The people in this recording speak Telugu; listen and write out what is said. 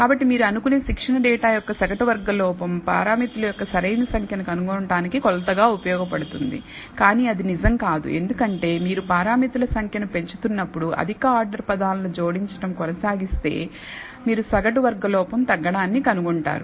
కాబట్టి మీరు అనుకునే శిక్షణ డేటా యొక్క సగటు వర్గం లోపం పారామితుల యొక్క సరైన సంఖ్యను కనుగొనటానికి కొలతగా ఉపయోగపడుతుంది కానీ అది నిజం కాదు ఎందుకంటే మీరు పారామితుల సంఖ్యను పెంచుతున్నప్పుడు అధిక ఆర్డర్ పదాలను జోడించడం కొనసాగిస్తే మీరు సగటు వర్గ లోపం తగ్గడాన్ని కనుగొంటారు